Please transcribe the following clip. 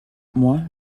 moi